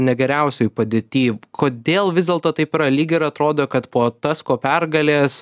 ne geriausioj padėty kodėl vis dėlto taip yra lyg ir atrodo kad po tasko pergalės